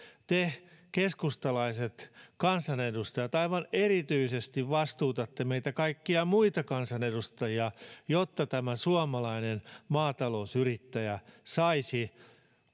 te keskustalaiset kansanedustajat aivan erityisesti vastuutatte meitä kaikkia muita kansanedustajia jotta suomalainen maatalousyrittäjä saisi